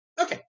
okay